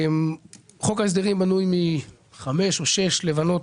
חוק ההסדרים בנוי מחמש או משש לבנים